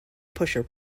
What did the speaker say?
pusher